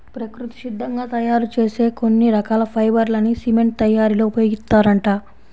ప్రకృతి సిద్ధంగా తయ్యారు చేసే కొన్ని రకాల ఫైబర్ లని సిమెంట్ తయ్యారీలో ఉపయోగిత్తారంట